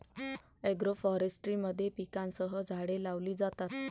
agroforestry मध्ये पिकांसह झाडे लावली जातात